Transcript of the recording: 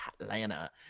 Atlanta